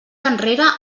enrere